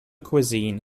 cuisine